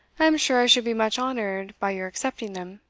i am sure i should be much honoured by your accepting them.